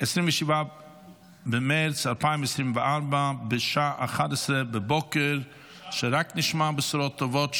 27 במרץ 2024, בשעה 11:00. שרק נשמע בשורות טובות.